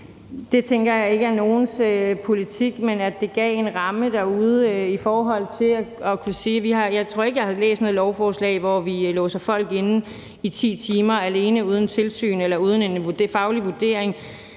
Det tænker jeg ikke er nogens politik. Men det gav en ramme derude. Jeg tror ikke, jeg har læst i lovforslaget, at vi vil læse låse folk inde i 10 timer alene uden tilsyn eller uden en faglig vurdering.